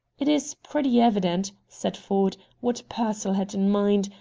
it is pretty evident, said ford, what pearsall had in mind,